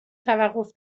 توقف